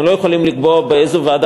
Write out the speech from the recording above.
אנחנו לא יכולים לקבוע באיזו ועדה